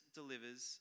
delivers